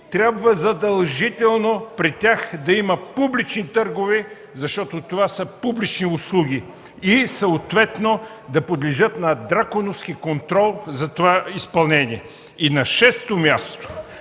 трябва задължително да има публични търгове, защото това са публични услуги и съответно да подлежат на драконовски контрол за това изпълнение. На шесто място,